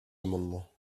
amendement